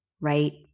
right